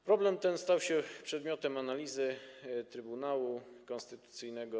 Problem ten stał się przedmiotem analizy Trybunału Konstytucyjnego.